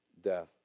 death